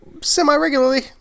semi-regularly